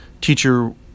teacher